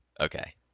Okay